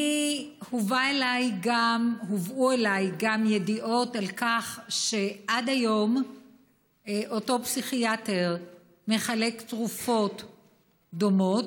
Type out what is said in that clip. הובאו אליי גם ידיעות על כך שעד היום אותו פסיכיאטר מחלק תרופות דומות,